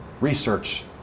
research